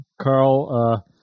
Carl